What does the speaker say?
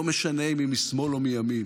לא משנה אם היא משמאל או מימין,